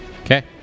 Okay